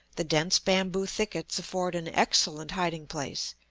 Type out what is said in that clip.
the dense bamboo thickets afford an excellent hiding-place,